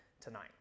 tonight